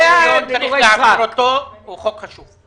חוק השוויון צריך להעביר אותו, הוא חוק חשוב.